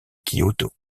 kyoto